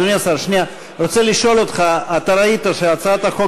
אני רוצה לשאול אותך: ראית שהצעת החוק